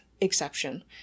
exception